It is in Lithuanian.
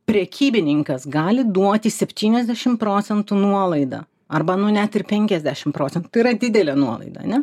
prekybininkas gali duoti septyniasdešimt procentų nuolaidą arba nu net ir penkiasdešimt procentų tai yra didelė nuolaida ane